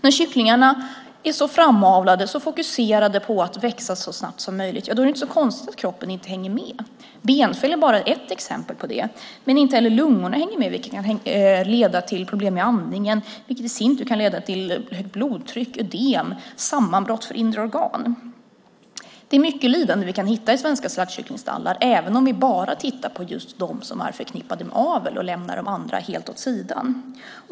När kycklingarna är så framavlade, så fokuserade på att växa så snabbt som möjligt, är det inte så konstigt att kroppen inte hänger med. Benfel är bara ett exempel på det. Inte heller lungorna hänger med, vilket kan leda till problem med andningen, vilket i sin tur kan leda till högt blodtryck, ödem och sammanbrott för inre organ. Det är mycket lidande vi kan hitta i svenska slaktkycklingstallar, även om vi bara tittar på just dem som är förknippade med avel och lämnar de andra helt åt sidan.